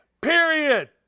period